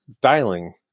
dialing